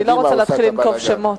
אני לא רוצה להתחיל לנקוב בשמות,